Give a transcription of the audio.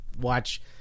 watch